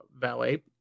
valet